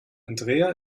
andrea